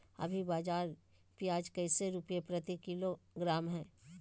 अभी बाजार प्याज कैसे रुपए प्रति किलोग्राम है?